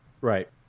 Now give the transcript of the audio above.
Right